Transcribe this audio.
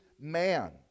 man